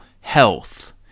health